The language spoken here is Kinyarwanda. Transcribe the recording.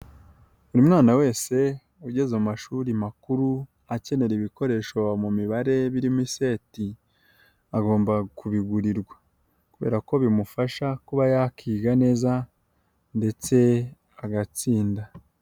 Buri mwana wese ugeze mu mashuri makuru akenera ibikoresho mu mibare birimo seti, agomba kubigurirwa kubera ko bimufasha kuba yakiga neza ndetse agatsinda.